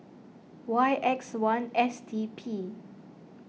Y X one S T P